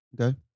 Okay